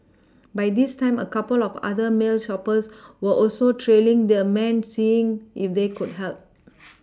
by this time a couple of other male shoppers were also trailing the man seeing if they could help